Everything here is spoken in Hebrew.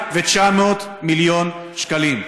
מיליארד ו-900 מיליון שקלים.